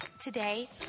Today